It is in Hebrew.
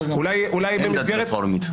אין דת רפורמית.